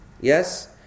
Yes